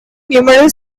numeral